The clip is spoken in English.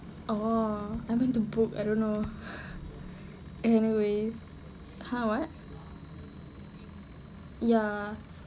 oh I'm going to book I don't know anyways !huh! what ya